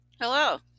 Hello